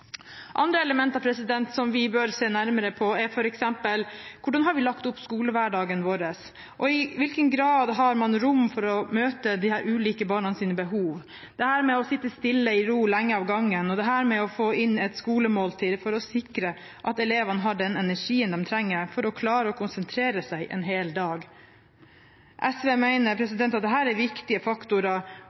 Andre elementer som vi bør se nærmere på, er f.eks.: Hvordan har vi lagt opp skolehverdagen vår? Og i hvilken grad har man rom for å møte de ulike barns behov – dette med å sitte i ro lenge ad gangen, og dette med å få inn et skolemåltid for å sikre at elevene har den energien de trenger for å klare å konsentrere seg en hel dag? SV mener at dette er viktige faktorer